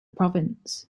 province